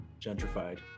gentrified